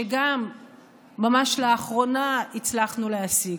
שגם ממש לאחרונה הצלחנו להשיג.